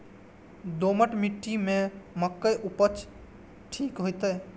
दोमट मिट्टी में मक्के उपज ठीक होते?